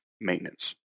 maintenance